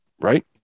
Right